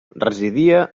residia